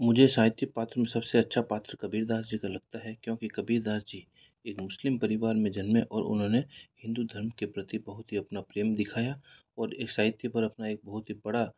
मुझे साहित्य पात्र में सबसे अच्छा पात्र कबीर दास जी का लगता है क्योंकि कबीर दास जी एक मुस्लिम परिवार में जन्मे और उन्होंने हिंदू धर्म के प्रति बहुत ही अपना प्रेम दिखाया और एक साहित्य पर अपना एक बहुत ही बड़ा